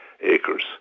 acres